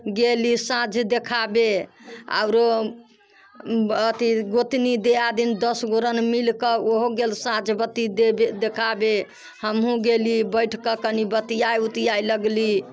गेली साँझ देखाबे आउरो अथी गोतनी दियादनी दस गोरन मिलिके ओहो गेल साँझ बाती देबे देखाबे हमहूँ गेली बैठके कनी बतियाइ उतयाइ लगली